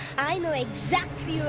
i know exactly